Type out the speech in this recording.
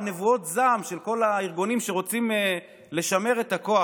נבואות זעם של כל הארגונים שרוצים לשמר את הכוח.